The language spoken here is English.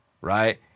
Right